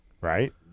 Right